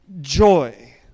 joy